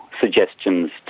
suggestions